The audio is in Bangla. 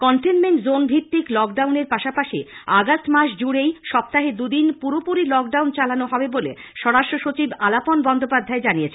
কট্টেনমেন্ট জোনভিত্তিক লকডাউন এর পাশাপাশি আগস্ট মাস জুড়েই সপ্তাহে দুদিন পুরোপুরি লকডাউন চালানো হবে বলে স্বরাষ্ট্র সচিব আলাপন বন্দ্যোপাধ্যায় জানিয়েছেন